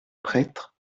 prêtre